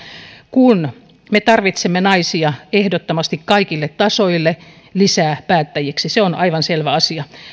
kun me tarvitsemme naisia ehdottomasti kaikille tasoille lisää päättäjiksi se on aivan selvä asia